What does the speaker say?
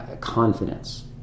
confidence